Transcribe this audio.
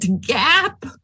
gap